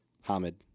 Hamid